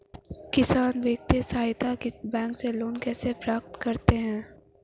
किसान वित्तीय सहायता बैंक से लोंन कैसे प्राप्त करते हैं?